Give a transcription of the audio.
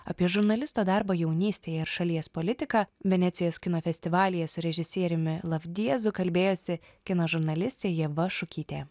apie žurnalisto darbą jaunystėje ir šalies politiką venecijos kino festivalyje su režisieriumi lav diezu kalbėjosi kino žurnalistė ieva šukytė